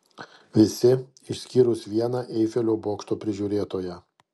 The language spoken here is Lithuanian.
visi išskyrus vieną eifelio bokšto prižiūrėtoją